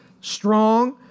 strong